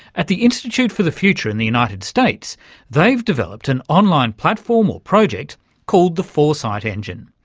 at the institute for the future in the united states they've developed an online platform or project called the foresight engine.